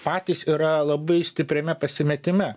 patys yra labai stipriame pasimetime